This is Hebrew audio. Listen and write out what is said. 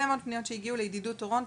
מאוד פניות שהגיעו מ"ידידות טורנטו",